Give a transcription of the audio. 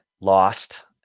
lost